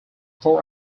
four